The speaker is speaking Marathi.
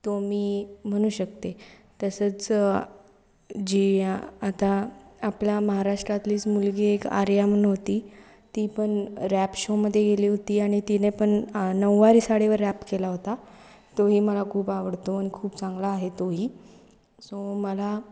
तो मी म्हणू शकते तसंच जी आता आपल्या महाराष्ट्रातलीच मुलगी एक आर्या म्हणून होती ती पण रॅप शोमध्ये गेली होती आणि तिने पण नऊवारी साडीवर रॅप केला होता तोही मला खूप आवडतो आणि खूप चांगला आहे तोही सो मला